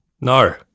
No